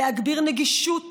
להגביר נגישות